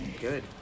Good